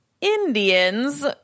Indians